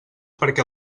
perquè